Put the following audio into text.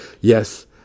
Yes